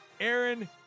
Aaron